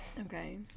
Okay